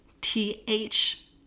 th